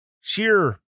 sheer